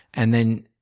and then,